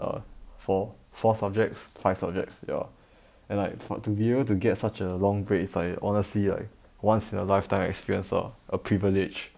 err for four subjects five subjects ya and like for~ to be able to get such a long break is like honestly like once in a lifetime experience or a privilege